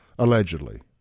Allegedly